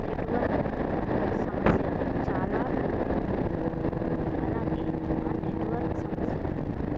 network సమస్య చాలా ఉన్నాది అలాగే ఆ నెట్వర్క్ సమస్య వల్ల